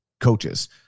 coaches